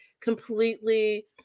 completely